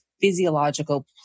physiological